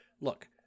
look